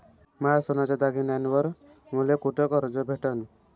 माया सोन्याच्या दागिन्यांइवर मले कुठे कर्ज भेटन?